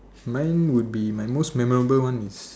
mine would be my most memorable one is